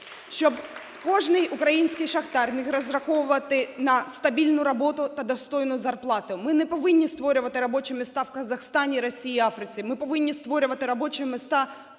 щоб кожний український шахтар міг розраховувати на стабільну роботу та достойну зарплату, ми не повинні створювати робочі місця в Казахстані, Росії, Африці, ми повинні створювати робочі місця тут.